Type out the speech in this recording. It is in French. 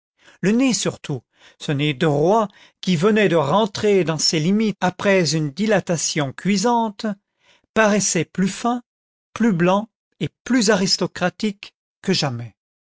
le nez surtout ce nez droit qui venait de rentrer dans ses limites après une dilatation cuisante paraissait plus fin plus blanc et plus aristocratique que jamais